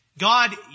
God